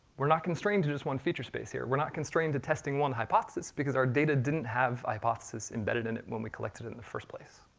we're not constrained to just one feature space here. we're not constrained to testing one hypothesis, because our data didn't have one hypothesis embedded in it when we collected it in the first place.